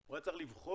הוא היה צריך לבחור